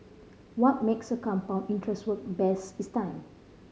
what makes compound interest work best is time